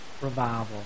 revival